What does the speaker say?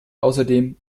außerdem